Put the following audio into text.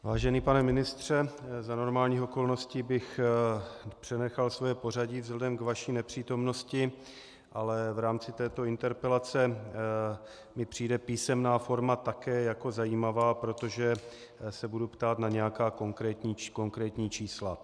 Vážený pane ministře, za normálních okolností bych přenechal svoje pořadí vzhledem k vaší nepřítomnosti, ale v rámci této interpelace mi přijde písemná forma také zajímavá, protože se budu ptát na nějaká konkrétní čísla.